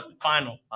Final